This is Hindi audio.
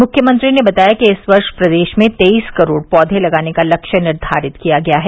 मुख्यमंत्री ने बताया कि इस वर्ष प्रदेश में तेईस करोड़ पौधे लगाने का लक्ष्य निर्धारित किया गया है